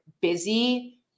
busy